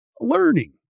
learning